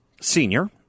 senior